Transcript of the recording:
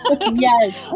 Yes